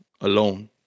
alone